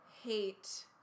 hate